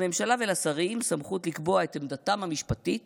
לממשלה ולשרים סמכות לקבוע את עמדתם המשפטית